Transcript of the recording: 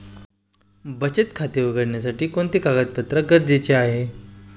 बचत खाते उघडण्यासाठी कोणते कागदपत्रे गरजेचे आहे?